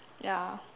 ya